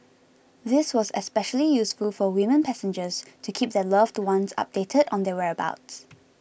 this was especially useful for women passengers to keep their loved ones updated on their whereabouts